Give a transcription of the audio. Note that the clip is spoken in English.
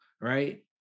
right